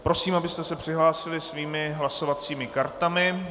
Prosím, abyste se přihlásili svými hlasovacími kartami.